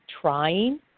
trying